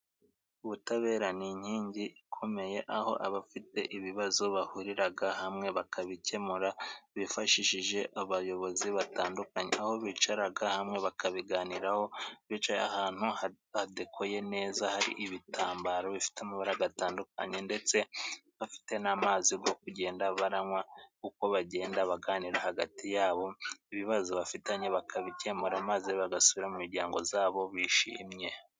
Ubutabera ni inkingi ikomeye aho abafite ibibazo bahuriraga hamwe bakabikemura bifashishije abayobozi batandukanye, aho bicaraga hamwe bakabiganiraho bicaye ahantu hadekoye neza hari ibitambaro bifite amabara gatandukanye ndetse bafite n'amazi bo kugenda baranywa uko bagenda baganira hagati yabo ibibazo bafitanye bakabikemura maze bagasubira mu miryango zabo bishimye.